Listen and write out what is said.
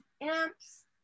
amps